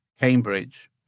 Cambridge